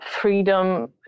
freedom